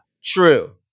True